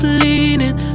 leaning